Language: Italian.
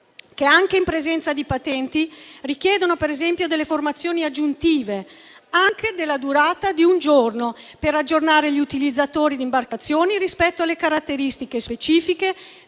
che anche in presenza di patenti richiedono, per esempio, formazioni aggiuntive, anche della durata di un giorno, per aggiornare gli utilizzatori di imbarcazioni rispetto alle caratteristiche specifiche